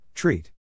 Treat